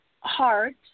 heart